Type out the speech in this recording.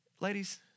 ladies